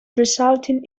resulting